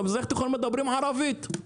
במזרח התיכון מדברים ערבית.